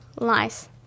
nice